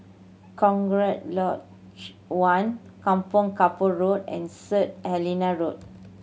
Cochrane Lodge One Kampong Kapor Road and Saint Helena Road